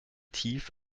tief